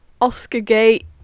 Oscar-gate